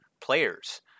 players